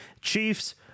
Chiefs